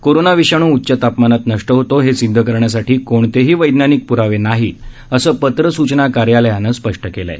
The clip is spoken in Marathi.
कोरोना विषाणू उच्च तापमानात नष्ट होतो हे सिद्ध करण्यासाठी कोणतेही वैज्ञानिक प्रावे नाहीत असं पत्र सूचना कार्यालयानं स्पष्ट केलं आहे